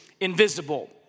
invisible